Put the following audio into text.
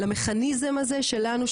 למכניזם הזה שלנו,